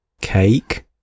cake